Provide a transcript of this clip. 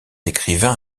écrivain